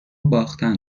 باختن